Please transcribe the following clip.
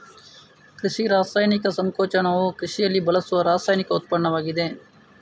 ಕೃಷಿ ರಾಸಾಯನಿಕ ಸಂಕೋಚನವು ಕೃಷಿಯಲ್ಲಿ ಬಳಸುವ ರಾಸಾಯನಿಕ ಉತ್ಪನ್ನವಾಗಿದೆ